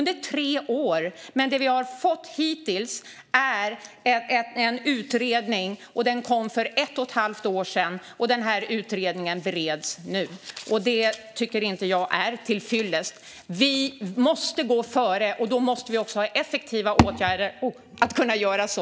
Det vi har fått hittills är en utredning, och den kom för ett och ett halvt år sedan och bereds nu. Detta tycker jag inte är till fyllest. Vi måste gå före, och då måste vi också ha effektiva åtgärder för att kunna göra så.